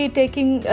taking